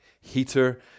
heater